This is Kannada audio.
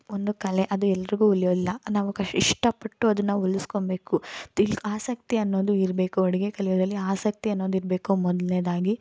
ಒಂದು ಕಲೆ ಅದು ಎಲ್ರಿಗೂ ಒಲಿಯೋಲ್ಲ ನಾವು ಕಷ್ಟ ಇಷ್ಟಪಟ್ಟು ಅದನ್ನು ಒಲ್ಸ್ಕೊಳ್ಬೇಕು ತಿಳಿ ಆಸಕ್ತಿ ಅನ್ನೋದು ಇರಬೇಕು ಅಡುಗೆ ಕಲಿಯೋದ್ರಲ್ಲಿ ಆಸಕ್ತಿ ಅನ್ನೋದು ಇರಬೇಕು ಮೊದಲ್ನೇದಾಗಿ